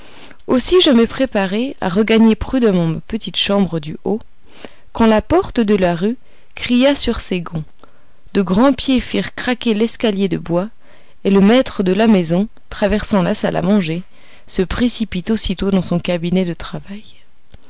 aussi je me préparais à regagner prudemment ma petite chambre du haut quand la porte de la rue cria sur ses gonds de grands pieds firent craquer l'escalier de bois et le maître de la maison traversant la salle à manger se précipite aussitôt dans son cabinet de travail